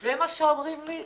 זה מה שאומרים לי,